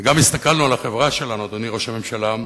וגם הסתכלנו על החברה שלנו, אדוני ראש הממשלה,